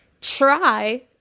try